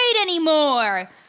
anymore